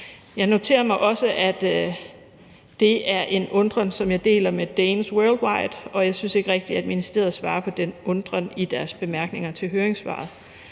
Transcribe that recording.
den permanent? Det er en undren, som jeg deler med Danes Worldwide, og jeg synes ikke rigtig, at ministeriet svarer på den undren i deres bemærkninger til høringssvaret.